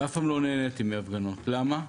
אף פעם לא נהניתי מהפגנות, למה?